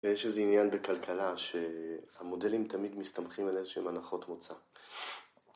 ‫ויש איזה עניין בכלכלה שהמודלים ‫תמיד מסתמכים על איזהשהם הנחות מוצא.